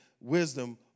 wisdom